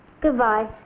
Goodbye